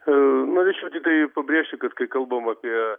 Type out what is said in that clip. norėčiau tiktai pabrėžti kad kai kalbam apie